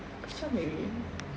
kesian baby